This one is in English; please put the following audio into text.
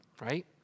right